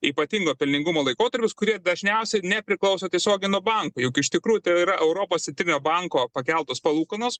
ypatingo pelningumo laikotarpius kurie dažniausiai nepriklauso tiesiogiai nuo bankų juk iš tikrųjų tai ir yra europos centrinio banko pakeltos palūkanos